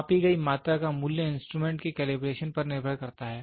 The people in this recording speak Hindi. मापी गई मात्रा का मूल्य इंस्ट्रूमेंट के कैलिब्रेशन पर निर्भर करता है